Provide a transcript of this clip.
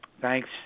thanks